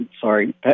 Sorry